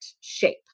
shape